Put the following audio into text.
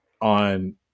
on